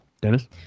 Dennis